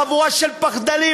חבורה של פחדנים.